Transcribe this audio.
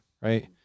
right